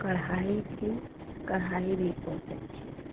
कढ़ाई थी कढ़ाई भी बहुत अच्छी